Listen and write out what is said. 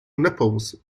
nipples